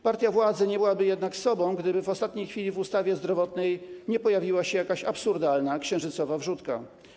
Partia władzy nie byłaby jednak sobą, gdyby w ostatniej chwili w ustawie zdrowotnej nie pojawiła się jakaś absurdalna, księżycowa wrzutka.